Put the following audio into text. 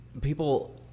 people